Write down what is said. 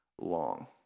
long